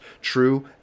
true